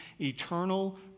eternal